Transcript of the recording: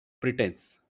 pretense